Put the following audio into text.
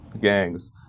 gangs